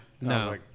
No